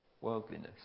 worldliness